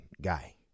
guy